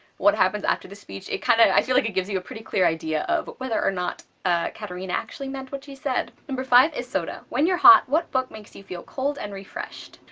what happens after the speech, it kinda i feel like it gives you a pretty clear idea of whether or not katherina actually meant what she said. number five is soda when you're hot, what book makes you feel cold and refreshed?